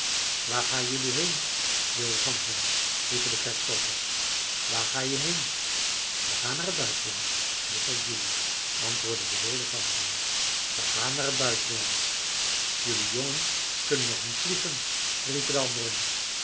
waar ga jelui heen wilde ganzen riepen de trekvogels waar ga je heen we gaan naar t buitenland net als jelui antwoordden de wilde ganzen we gaan naar t buitenland jelui jongen kunnen nog niet vliegen riepen de anderen